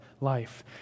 Life